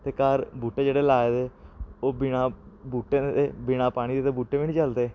ते घर बूह्टे जेहड़े लाए दे ओह् बिना बूह्टें दे ते बिना पानी दे ते बूह्टे बी नेईं चलदे